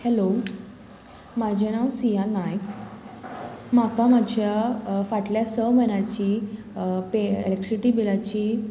hello म्हाजें नांव सिया नायक म्हाका म्हाज्या फाटल्या स म्हयन्याची पे इलॅक्ट्रिसिटी बिलाची